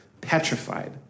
petrified